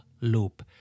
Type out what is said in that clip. loop